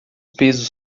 pesos